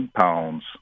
pounds